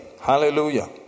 Hallelujah